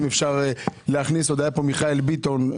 היה פה עדיין מיכאל ביטון.